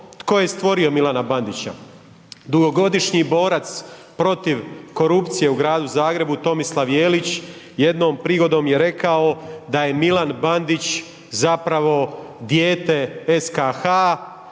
tko je stvorio Milana Bandića. Dugogodišnji borac protiv korupcije u Gradu Zagrebu Tomislav Jelić jednom prigodom je rekao da je Milan Bandić zapravo dijete SKH,